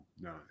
No